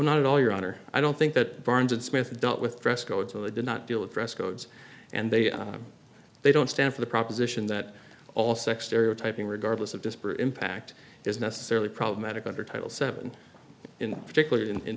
not at all your honor i don't think that barnes and smith dealt with dress codes or they did not deal with dress codes and they are they don't stand for the proposition that all sex stereotyping regardless of disparate impact is necessarily problematic under title seven in particular